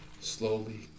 slowly